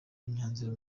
imyanzuro